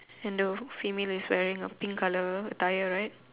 and the female is wearing a pink colour attire right